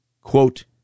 quote